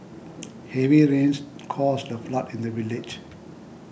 heavy rains caused a flood in the village